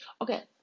Okay